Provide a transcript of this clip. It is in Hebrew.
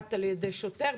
שנבעט על ידי שוטר.